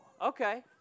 okay